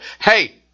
hey